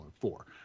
four